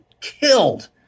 killed